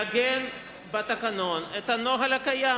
לעגן בתקנון את הנוהל הקיים.